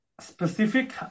specific